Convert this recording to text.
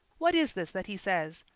what is this that he says,